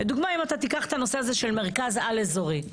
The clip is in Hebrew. לדוגמה אם אתה תיקח את הנושא הזה של מרכז-על אזורי.